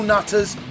Nutters